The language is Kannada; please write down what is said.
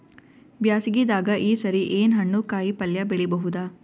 ಬ್ಯಾಸಗಿ ದಾಗ ಈ ಸರಿ ಏನ್ ಹಣ್ಣು, ಕಾಯಿ ಪಲ್ಯ ಬೆಳಿ ಬಹುದ?